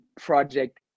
project